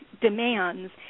demands